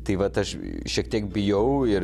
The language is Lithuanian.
tai vat aš šiek tiek bijau ir